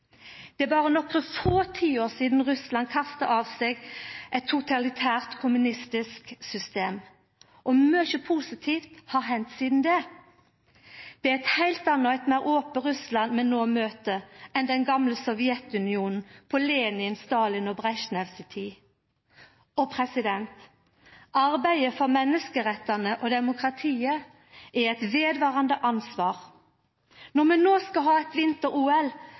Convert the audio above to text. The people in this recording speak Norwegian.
Det er berre nokre få tiår sidan Russland kasta av seg eit totalitært, kommunistisk system. Mykje positivt har hendt sidan det. Det er eit heilt anna og eit meir ope Russland vi no møter enn den gamle Sovjetunionen på Lenin, Stalin og Bresjnev si tid. Arbeidet for menneskerettane og demokratiet er eit vedvarande ansvar. Når vi no skal ha eit